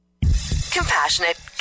Compassionate